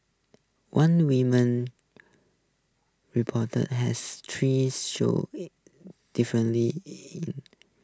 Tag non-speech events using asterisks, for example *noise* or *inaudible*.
one woman reportedly has three showing *hesitation* differently *unintelligible*